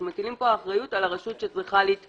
אנחנו מטילים פה אחריות על הרשות שצריכה להתקשר,